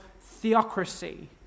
theocracy